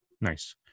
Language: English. Nice